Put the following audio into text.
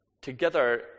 together